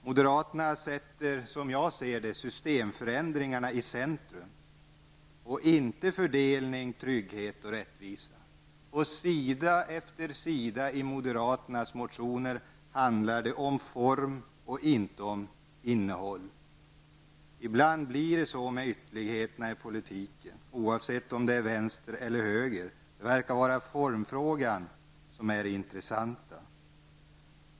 Moderaterna sätter, som jag ser det, systemförändringarna i centrum, inte fördelning, trygghet och rättvisa. På sida efter sida i moderaternas motioner handlar det om form och inte om innehåll. Ibland blir det så med ytterligheterna i politiken, oavsett om det är vänster eller höger. Det verkar vara formfrågan som är det intressanta.